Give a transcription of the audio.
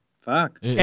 fuck